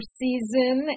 season